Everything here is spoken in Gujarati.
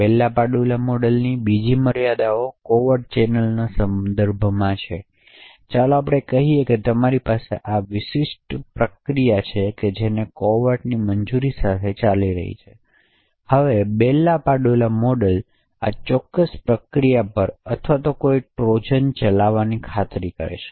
બેલ લાપડુલા મોડેલની બીજી મર્યાદાઓ કોવેર્ટ ચેનલોના સંદર્ભમાં છે તેથી ચાલો આપણે કહીએ કે તમારી પાસે આ વિશિષ્ટ પ્રક્રિયા છે જે કોવેર્ટની મંજૂરી સાથે ચાલી રહી છે હવે બેલ લાપડુલા મોડેલ આ ચોક્કસ પ્રક્રિયા પર અથવા કોઈપણ ટ્રોજન ચલાવવાની ખાતરી કરશે